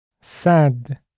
Sad